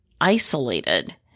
isolated